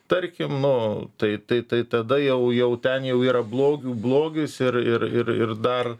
tarkim nu tai tai tai tada jau jau ten jau yra blogių blogis ir ir ir ir dar